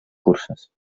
curses